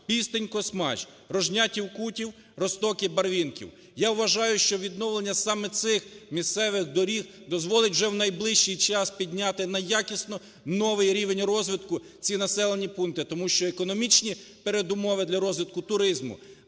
Пістинь-Космач, Рожнятів-Кутів, Розтоки-Барвінків. Я вважаю, що відновлення саме цих місцевих доріг дозволить вже у найближчий час підняти на якісно новий рівень розвитку ці населені пункти, тому що економічні передумови для розвитку туризму,